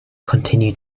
continue